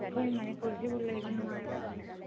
ꯑꯩꯈꯣꯏ ꯃꯅꯤꯄꯨꯔꯁꯤꯕꯨ ꯂꯩꯕ ꯅꯨꯡꯉꯥꯏꯕ꯭ꯔꯅꯦ